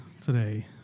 today